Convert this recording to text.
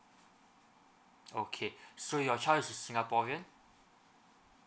okay so your child is a singaporean